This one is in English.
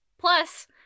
Plus